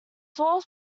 source